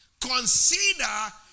consider